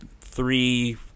three